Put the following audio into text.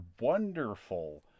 wonderful